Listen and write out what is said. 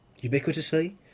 ubiquitously